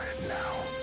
now